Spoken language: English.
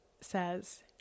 says